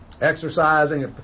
Exercising